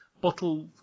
bottle